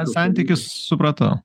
santykis supratau